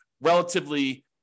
relatively